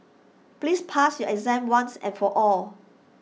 please pass your exam once and for all